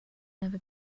never